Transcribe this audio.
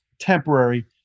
temporary